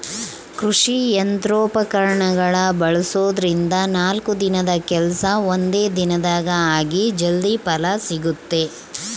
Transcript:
ಕೃಷಿ ಯಂತ್ರೋಪಕರಣಗಳನ್ನ ಬಳಸೋದ್ರಿಂದ ನಾಲ್ಕು ದಿನದ ಕೆಲ್ಸ ಒಂದೇ ದಿನದಾಗ ಆಗಿ ಜಲ್ದಿ ಫಲ ಸಿಗುತ್ತೆ